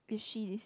if she is